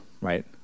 right